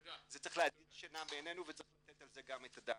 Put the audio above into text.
זה צריך להדיר שינה מעינינו וצריך לתת על זה גם את הדעת.